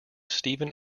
stephen